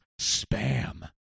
Spam